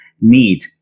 need